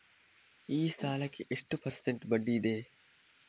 ಈ ಸಾಲಕ್ಕೆ ಎಷ್ಟು ಪರ್ಸೆಂಟ್ ಬಡ್ಡಿ ಇದೆ?